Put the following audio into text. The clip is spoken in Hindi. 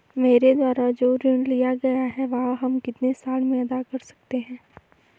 मेरे द्वारा जो ऋण लिया गया है वह हम कितने साल में अदा कर सकते हैं?